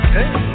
Hey